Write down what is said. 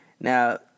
Now